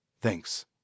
Thanks